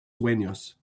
sueños